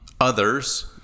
others